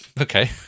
Okay